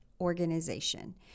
organization